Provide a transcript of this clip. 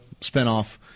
spinoff